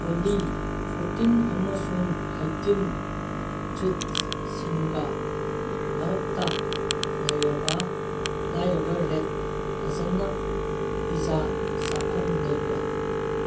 ꯑꯣꯜꯂꯤ ꯐꯣꯔꯇꯤꯟ ꯑꯃꯁꯨꯡ ꯑꯩꯠꯇꯤꯟ ꯇ꯭ꯔꯤꯠꯁꯤꯡꯒ ꯃꯔꯛꯇ ꯂꯩꯔꯕ ꯂꯥꯏꯔꯕ ꯔꯦꯠ ꯐꯖꯅ ꯄꯤꯖꯥ ꯆꯥꯐꯝ ꯂꯩꯕ꯭ꯔꯥ